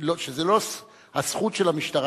שזו לא הזכות של המשטרה,